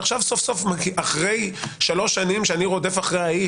ועכשיו אחרי שלוש שנים שאני רודף אחרי האיש,